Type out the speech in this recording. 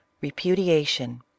repudiation